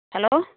hello